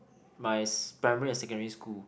my primary or secondary school